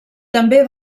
també